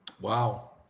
Wow